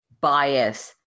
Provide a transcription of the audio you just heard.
bias